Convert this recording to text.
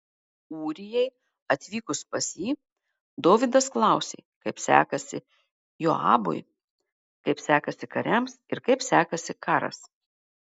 ūrijai atvykus pas jį dovydas klausė kaip sekasi joabui kaip sekasi kariams ir kaip sekasi karas